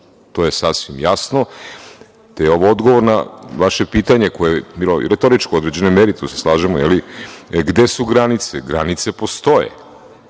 To je sasvim jasno. Te je ovo odgovor na vaše pitanje, koje je bilo retoričko u određenoj meri, tu se slažemo, gde su granice? Granice postoje,